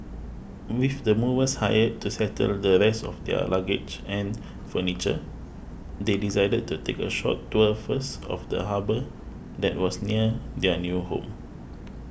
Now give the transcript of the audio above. with the movers hired to settle the rest of their luggage and furniture they decided to take a short tour first of the harbour that was near their new home